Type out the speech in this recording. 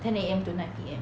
ten A_M to nine P_M